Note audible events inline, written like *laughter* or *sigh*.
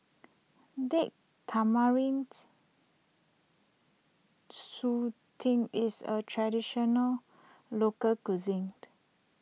Date Tamarind Chutney is a Traditional Local Cuisine *noise*